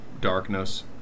darkness